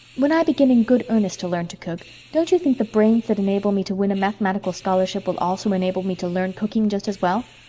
when i begin in good earnest to learn to cook don't you think the brains that enable me to win a mathematical scholarship will also enable me to learn cooking just as well?